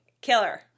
killer